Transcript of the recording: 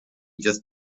just